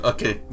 Okay